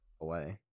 Away